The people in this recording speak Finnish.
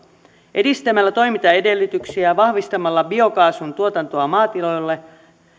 edistämällä toimintaedellytyksiä vahvistamalla biokaasun tuotantoa maatiloilla